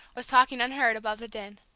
was talking unheard above the din.